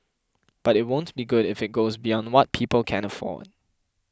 but it won't be good if it goes beyond what people can afford